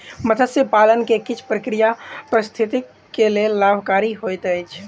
मत्स्य पालन के किछ प्रक्रिया पारिस्थितिकी के लेल लाभकारी होइत अछि